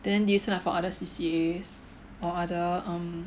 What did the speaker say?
then did you sign up for other C_C_As or other um